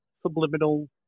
subliminal